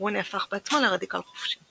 והוא נהפך בעצמו לרדיקל חופשי,